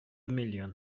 миллион